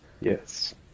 yes